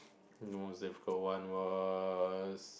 the most difficult one was